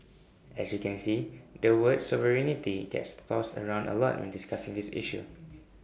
as you can see the word sovereignty gets tossed around A lot when discussing this issue